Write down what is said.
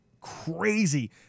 crazy